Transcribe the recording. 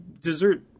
dessert